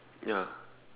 ya